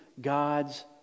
God's